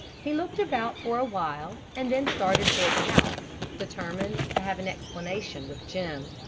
he looked about for a while, and then started toward the house, determined to have an explanation with jim.